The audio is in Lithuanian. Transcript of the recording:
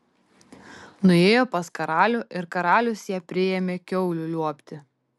nuėjo pas karalių ir karalius ją priėmė kiaulių liuobti